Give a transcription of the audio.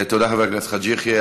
תודה, חבר הכנסת חאג' יחיא.